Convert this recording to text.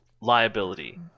liability